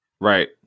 Right